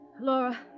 Laura